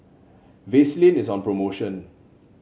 Vaselin is on promotion